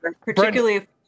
particularly